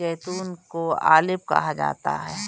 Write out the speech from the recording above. जैतून को ऑलिव कहा जाता है